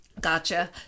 Gotcha